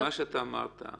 מה שאתה אמרת,